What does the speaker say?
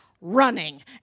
running